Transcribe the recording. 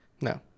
No